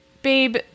Babe